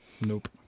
Nope